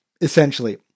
Essentially